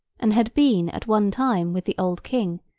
and had been at one time with the old king,